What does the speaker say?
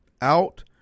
out